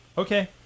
Okay